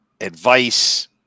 advice